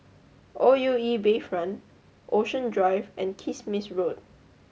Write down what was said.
O U E Bayfront Ocean Drive and Kismis Road